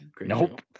Nope